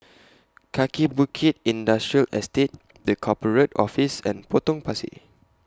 Kaki Bukit Industrial Estate The Corporate Office and Potong Pasir